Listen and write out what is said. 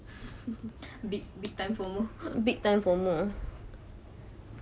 big big time formal